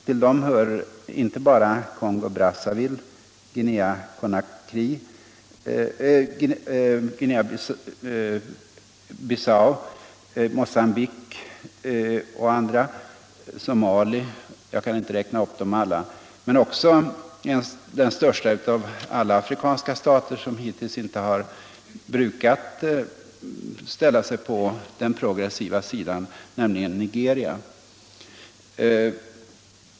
Till dem hör inte bara Kongo Brazzaville, Guinea Bissau, Mocambique, Somalia m.fl. Jag kan inte räkna upp dem alla. Men hit hör också den största av alla afrikanska stater, den som inte brukar räknas till den progressiva sidan, nämligen Nigeria.